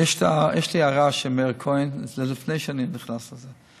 יש לי הערה למאיר כאן, לפני שאני נכנס לזה.